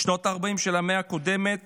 בשנות הארבעים של המאה הקודמת